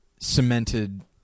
cemented